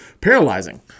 paralyzing